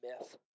myth